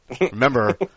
remember